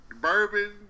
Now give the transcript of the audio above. bourbon